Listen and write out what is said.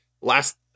Last